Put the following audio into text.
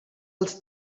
als